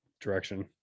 direction